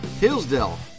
Hillsdale